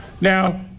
now